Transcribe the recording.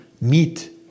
meet